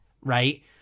right